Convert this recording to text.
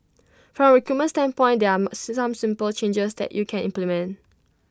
from recruitment standpoint there are some simple changes that you can implement